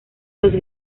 los